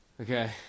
Okay